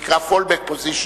fallback position,